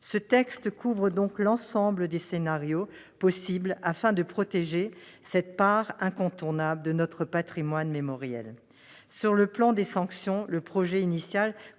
Ce texte couvre l'ensemble des hypothèses possibles afin de protéger cette part incontournable de notre patrimoine mémoriel. Sur le plan des sanctions, le texte initial